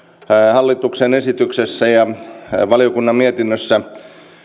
hallituksen esityksessä ja valiokunnan mietinnössä